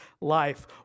life